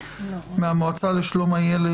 מהמועצה לשלום הילד,